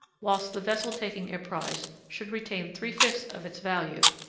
whilst the vessel taking a prize should retain three fifths of its value,